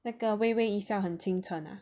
那个微微一笑很倾城 ah